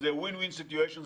וזה win-win situation,